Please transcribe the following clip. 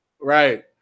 Right